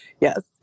Yes